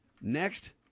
next